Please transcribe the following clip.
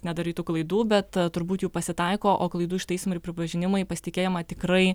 nedarytų klaidų bet turbūt jų pasitaiko o klaidų ištaisymai ir pripažinimai pasitikėjimą tikrai